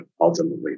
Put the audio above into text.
ultimately